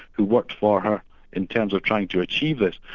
who worked for her in terms of trying to achieve it.